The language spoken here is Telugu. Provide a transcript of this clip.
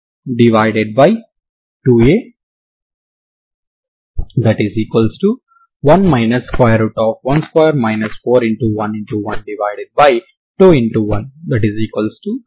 కాబట్టి మీరు దీని కోసం మీకు ప్రత్యేక పరిష్కారం ఉందా లేదా అనే దానిని మీరు ప్రత్యేకంగా పరిశీలన చేయాలనుకుంటున్నారు